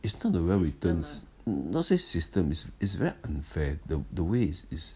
it's not the we~ returns not say system is is very unfair the the way it's it's